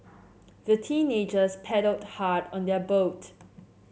the teenagers paddled hard on their boat